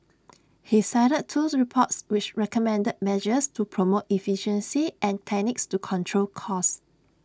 he cited twos reports which recommended measures to promote efficiency and techniques to control costs